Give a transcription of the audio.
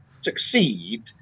succeed